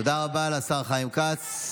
תודה רבה לשר חיים כץ.